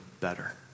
better